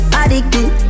addicted